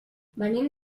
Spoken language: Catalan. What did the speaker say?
venim